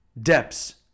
depths